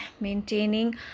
maintaining